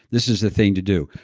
this is the thing to do.